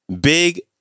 Big